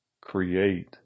create